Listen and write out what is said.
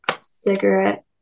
cigarette